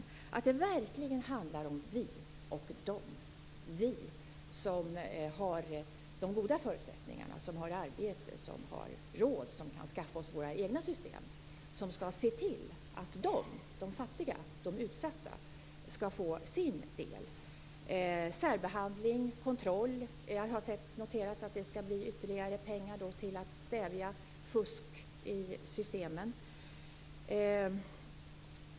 Det handlar verkligen om vi och de, vi som har de goda förutsättningarna, som har arbete, som har råd att skaffa oss våra egna system. Vi skall se till att de, de fattiga och utsatta, skall få sin del, och det innebär särbehandling och kontroll. Jag har noterat att det man vill avsätta ytterligare pengar till att stävja fusk i systemet.